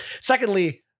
Secondly